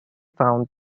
found